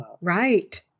Right